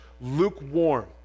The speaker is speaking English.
lukewarm